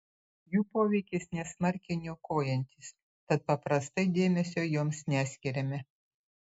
jų poveikis nesmarkiai niokojantis tad paprastai dėmesio joms neskiriame